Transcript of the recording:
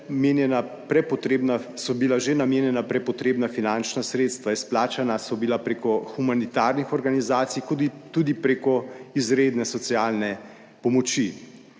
,so bila že namenjena prepotrebna finančna sredstva, izplačana so bila preko humanitarnih organizacij kot tudi preko izredne socialne pomoči.